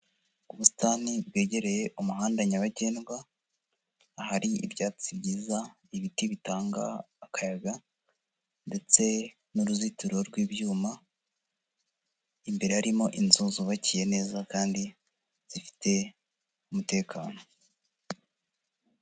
Ubusitani bwegereye umuhanda nyabagendwa ahari ibyatsi byiza, ibiti bitanga akayaga ndetse n'uruzitiro rw'ibyuma. Imbere harimo inzu zubakiye neza kandi zifite umutekano.